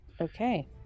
Okay